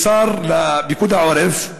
לשר לפיקוד העורף,